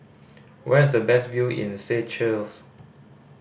where is the best view in Seychelles